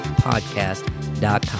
podcast.com